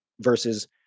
versus